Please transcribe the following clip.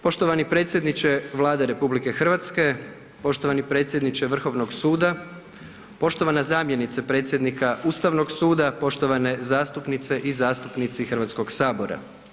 Poštovani predsjedniče Vlade RH, poštovani predsjedniče Vrhovnog suda, poštovana zamjenice predsjednika Ustavnog suda, poštovane zastupnice i zastupnici Hrvatskoga sabora.